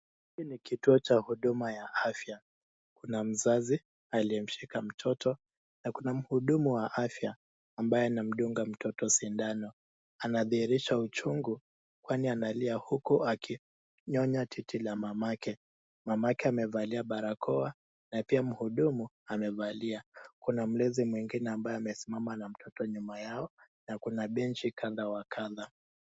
Hii ni kituo cha huduma ya afya. Kuna mzazi, aliyemshika mtoto na kuna mhudumu wa afya, ambaye anamdunga mtoto sindano, anadhihirisha uchungu kwani analia huko akinyonya titi la mamake. Mamake amevalia barakoa na pia mhudumu amevalia. Kuna mlezi mwingine ambaye amesimama na mtoto nyuma yao na kuna benchi kadha wa kadha.